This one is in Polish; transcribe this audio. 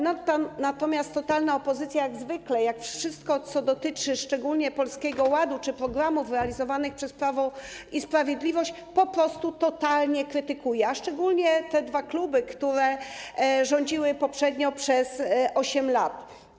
Natomiast totalna opozycja jak zwykle, jak wszystko, co dotyczy szczególnie Polskiego Ładu czy programów realizowanych przez Prawo i Sprawiedliwość, po prostu totalnie krytykuje, a szczególnie te dwa kluby, które rządziły poprzednio przez 8 lat.